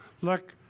Look